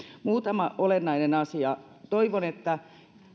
muutama olennainen asia toivon että